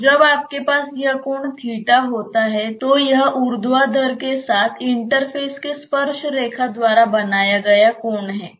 तो जब आपके पास यह कोण होता है तो यह ऊर्ध्वाधर के साथ इंटरफेस के स्पर्शरेखा द्वारा बनाया गया कोण है